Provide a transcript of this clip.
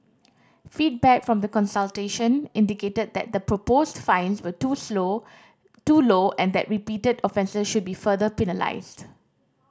feedback from the consultation indicated that the proposed fines were too slow too low and that repeated offences should be further penalised